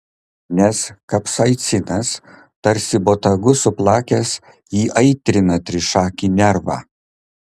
nes kapsaicinas tarsi botagu suplakęs įaitrina trišakį nervą